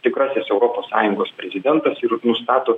tikrasis europos sąjungos prezidentas ir nustato